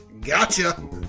gotcha